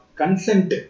consent